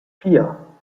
vier